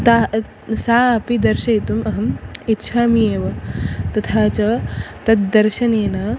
ता सा अपि दर्शयितुम् अहम् इच्छामि एव तथा च तद्दर्शनेन